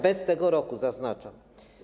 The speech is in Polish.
Bez tego roku, zaznaczam.